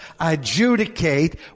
adjudicate